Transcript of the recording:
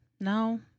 No